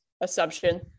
assumption